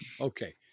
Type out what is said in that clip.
Okay